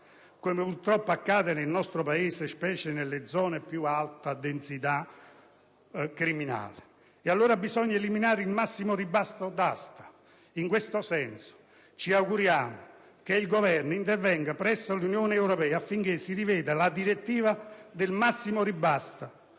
come purtroppo accade nel nostro Paese, specie nelle zone a più alta densità criminale. E allora bisogna eliminare il massimo ribasso d'asta. In questo senso, ci auguriamo che il Governo intervenga presso l'Unione europea affinché si riveda la direttiva sul massimo di ribasso